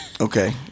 Okay